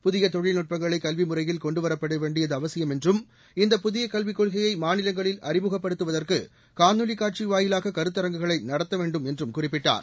புதிய தொழில்நுட்பங்களை கல்வி முறையில் கொண்டுவரப்பட வேண்டியது அவசியம் என்றும் இந்த புதிய கல்விக் கொள்கையை மாநிலங்களில் அறிமுகப்படுத்துவதற்கு காணொலி காட்சி வாயிலாக கருத்தரங்குகளை நடத்தப்படும் என்று குறிப்பிட்டார்